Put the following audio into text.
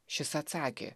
šis atsakė